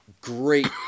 great